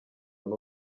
n’u